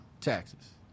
taxes